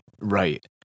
right